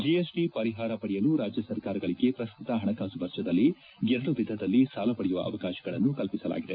GST ಪರಿಹಾರ ಪಡೆಯಲು ರಾಜ್ಯ ಸರ್ಕಾರಗಳಿಗೆ ಪ್ರಸಕ್ತ ಹಣಕಾಸು ವರ್ಷದಲ್ಲಿ ಎರಡು ವಿಧದಲ್ಲಿ ಸಾಲ ಪಡೆಯುವ ಅವಕಾಶಗಳನ್ನು ಕಲ್ಪಿಸಲಾಗಿದೆ